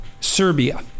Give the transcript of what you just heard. Serbia